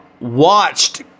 watched